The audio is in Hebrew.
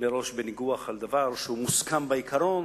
מראש בניגוח על דבר שהוא מוסכם בעיקרון,